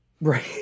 Right